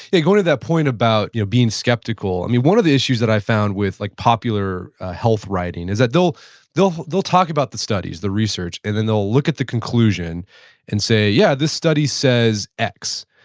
going to that point about you know being skeptical, i mean one of the issues that i found with like popular health writing is that they'll they'll they'll talk about the studies, the research, and then they'll look at the conclusion and say, yeah, this study says x.